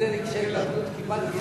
כל